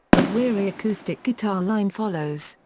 a weary acoustic guitar line follows,